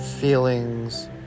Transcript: feelings